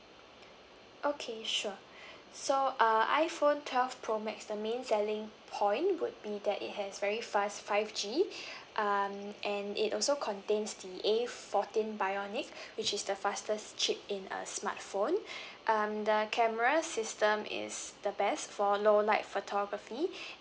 okay sure so uh iphone twelve pro max the main selling point would be that it has very fast five G um and it also contains the A fourteen bionic which is the fastest chip in a smartphone um the camera system is the best for low light photography